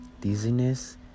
dizziness